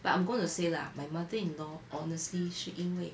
but I'm going to say lah my mother-in-law honestly 是因为